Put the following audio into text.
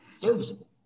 Serviceable